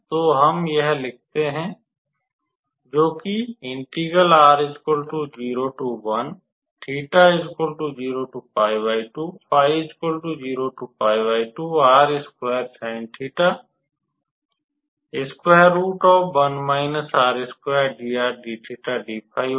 तो हम यह लिखते हैं जोकि होगा